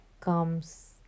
comes